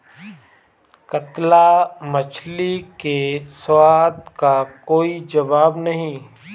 कतला मछली के स्वाद का कोई जवाब नहीं